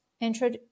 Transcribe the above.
intro